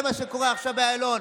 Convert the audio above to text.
זה מה שקורה עכשיו באיילון,